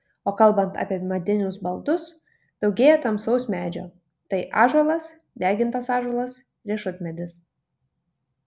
o kalbant apie medinius baldus daugėja tamsaus medžio tai ąžuolas degintas ąžuolas riešutmedis